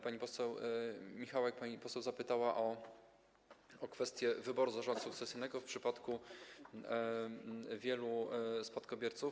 Pani poseł Michałek, pani poseł zapytała o kwestię wyboru zarządcy sukcesyjnego w przypadku wielu spadkobierców.